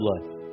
blood